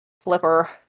flipper